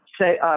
say